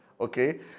Okay